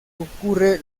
ocurre